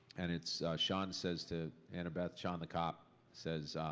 and it's sean says to annabeth. sean the cop, says.